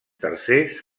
tercers